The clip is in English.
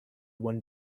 one